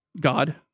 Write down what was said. God